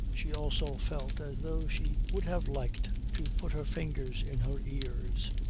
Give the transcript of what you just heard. she also felt as though she would have liked to put her fingers in her ears.